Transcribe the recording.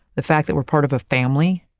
the fact that we're part of a family,